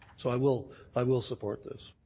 so i will i will support this.